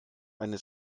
eine